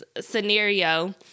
scenario